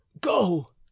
go